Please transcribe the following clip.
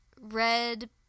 Red